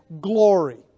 glory